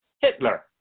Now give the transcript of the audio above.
Hitler